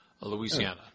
Louisiana